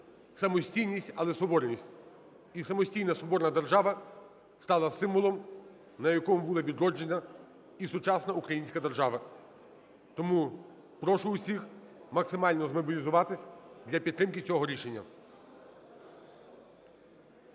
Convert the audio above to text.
самостійність, але соборність. І самостійна соборна держава стала символом, на якому була відроджена і сучасна українська держава. Тому прошу усіх максимально змобілізуватись для підтримки цього рішення.